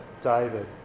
David